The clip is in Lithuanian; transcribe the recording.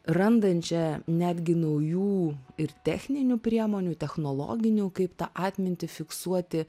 randančią netgi naujų ir techninių priemonių technologinių kaip tą atmintį fiksuoti